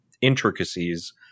intricacies